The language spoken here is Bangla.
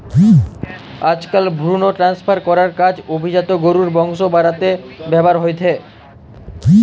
আজকাল ভ্রুন ট্রান্সফার করার কাজ অভিজাত গরুর বংশ বাড়াতে ব্যাভার হয়ঠে